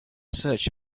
search